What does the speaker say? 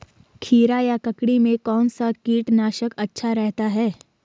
खीरा या ककड़ी में कौन सा कीटनाशक अच्छा रहता है?